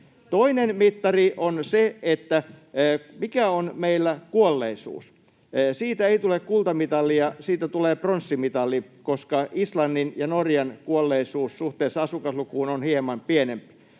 Toinen mittari on se, mikä meillä on kuolleisuus. Siitä ei tule kultamitalia, vaan siitä tulee pronssimitali, koska Islannin ja Norjan kuolleisuus suhteessa asukaslukuun on hieman pienempi.